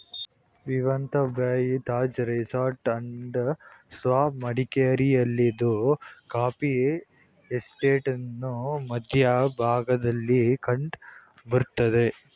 Vivanta by Taj resort and spa ಮಡಿಕೇರಿಯಲ್ಲಿದ್ದು coffee ಎಸ್ಟೇಟ್ನ ಮಧ್ಯ ಭಾಗದಲ್ಲಿ ಕಂಡ್ ಬರ್ತದೆ